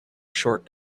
short